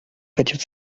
хотят